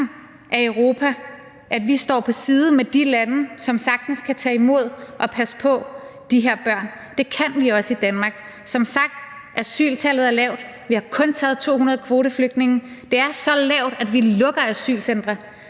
resten af Europa, at vi står på side med de lande, som sagtens kan tage imod og passe på de her børn. Det kan vi også i Danmark. Som sagt er asyltallet lavt, vi har kun taget 200 kvoteflygtninge. Det er så lavt, at vi lukker asylcentre.